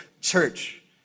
church